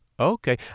Okay